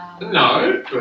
No